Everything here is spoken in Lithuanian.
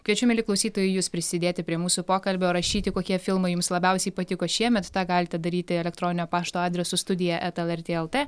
kviečiu mieli klausytojai jus prisidėti prie mūsų pokalbio rašyti kokie filmai jums labiausiai patiko šiemet tą galite daryti elektroninio pašto adresu studija eta lrt lt